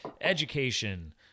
education